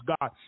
God